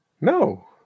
No